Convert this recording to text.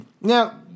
now